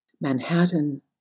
Manhattan